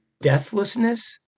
deathlessness